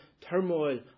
turmoil